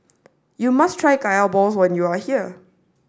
you must try Kaya Balls when you are here